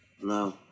no